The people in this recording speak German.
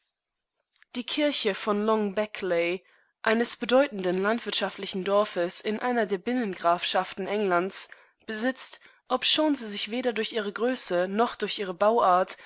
die kirche von long beckley eines bedeutenden landwirtschaftlichen dorfes in einer der binnengrafschaften englands besitzt obschon sie sich weder durch ihre größe noch durch ihre bauart